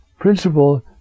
Principle